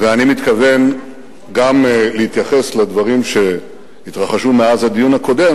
ואני מתכוון גם להתייחס לדברים שהתרחשו מאז הדיון הקודם,